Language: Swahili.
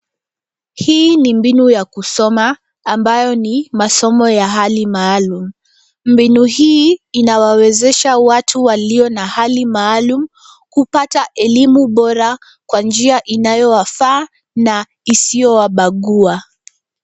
Hii ni mbinu ya kusoma ambayo ni masomo ya hali maalum. Mbinu hii inawawezesha watu walio na hali maalum kupata elimu bora kwa nijia inayowafaa na isiyowabagua.